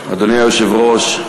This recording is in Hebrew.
אדוני היושב-ראש,